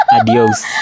Adios